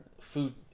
food